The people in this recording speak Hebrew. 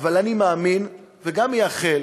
אבל אני מאמין וגם מייחל,